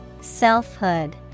Selfhood